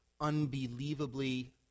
unbelievably